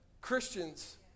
Christians